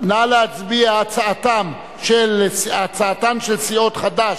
הצעתם של סיעות חד"ש,